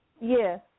Yes